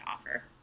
offer